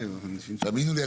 תאמינו לי,